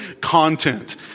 content